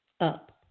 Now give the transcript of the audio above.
Up